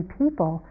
people